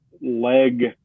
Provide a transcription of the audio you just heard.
leg